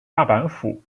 大阪府